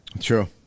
True